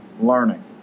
learning